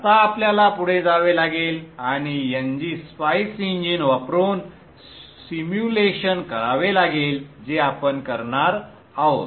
आता आपल्याला पुढे जावे लागेल आणि ngSpice इंजिन वापरून सिम्युलेशन करावे लागेल जे आपण करणार आहोत